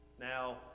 Now